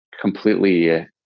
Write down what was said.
completely